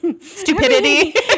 Stupidity